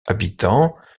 habitants